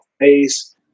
face